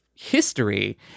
history